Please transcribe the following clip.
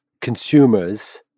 consumers